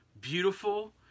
beautiful